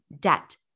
debt